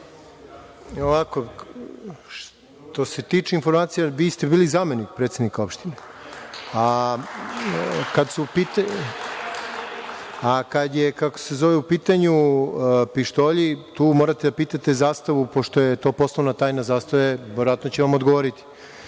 Ovako, što se tiče informacija, vi ste bili zamenik predsednika opštine, a kada su u pitanju pištolji, tu morate da pitate „Zastavu“, pošto je to poslovna tajna „Zastave“. Verovatno će vam odgovoriti. Što